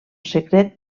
secret